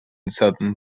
southern